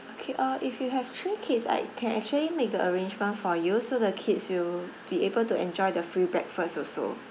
okay uh if you have three kids I can actually make the arrangement for you so the kids will be able to enjoy the free breakfast also